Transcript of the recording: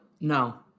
no